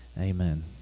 amen